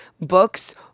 books